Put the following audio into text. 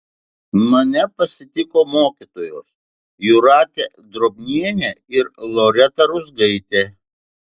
mane pasitiko mokytojos jūratė drobnienė ir loreta ruzgaitė